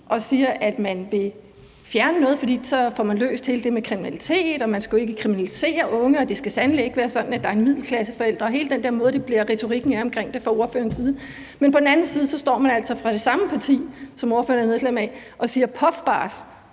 og siger, at man vil fjerne noget, fordi man så får løst hele det problem med kriminalitet, og at man ikke skal kriminalisere unge, og at der sandelig ikke skal være noget med det i forhold til middelklasseforældre – og hele den der måde, som retorikken er på omkring det fra ordførerens side. Men på den anden side står man altså fra det samme parti, som ordføreren er medlem af, og siger, at puffbars